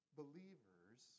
believers